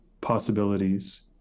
possibilities